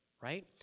Right